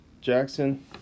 Jackson